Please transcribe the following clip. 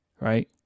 right